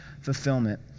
fulfillment